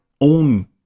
own